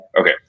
Okay